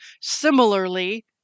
Similarly